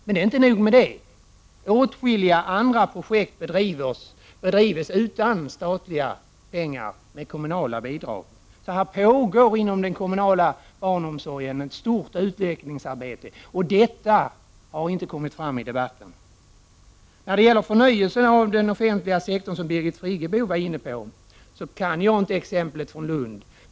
Men inte nog med det, utan åtskilliga andra projekt bedrivs utan statliga pengar med kommunala bidrag. Det pågår således inom den kommunala barnomsorgen ett stort utökningsarbete. Detta har inte kommit fram i debatten. Birgit Friggebo var inne på frågan om förnyelsen av den offentliga sektorn. Jag känner inte till exemplet från Lund.